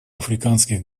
африканских